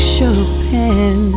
Chopin